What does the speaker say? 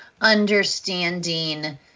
understanding